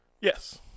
Yes